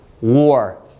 war